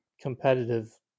competitive